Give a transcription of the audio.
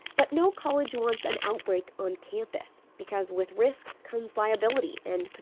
but no college wants an outbreak on campus because with risk comes liability and, but